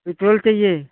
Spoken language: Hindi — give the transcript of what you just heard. पेट्रोल चाहिए